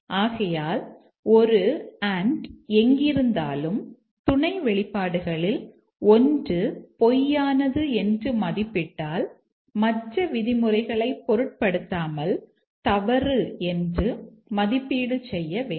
ஆகையால் ஒரு எங்கிருந்தாலும் துணை வெளிப்பாடுகளில் ஒன்று பொய்யானது என்று மதிப்பிட்டால் மற்ற விதிமுறைகளைப் பொருட்படுத்தாமல் தவறு என்று மதிப்பீடு செய்ய வேண்டும்